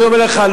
אני אומר לך,